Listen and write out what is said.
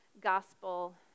gospel